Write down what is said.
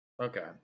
Okay